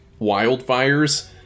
wildfires